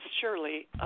surely